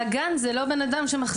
אבל הגן הוא לא בן אדם שמחזיק.